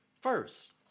First